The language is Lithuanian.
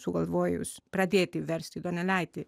sugalvojus pradėti versti donelaitį